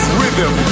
rhythm